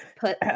put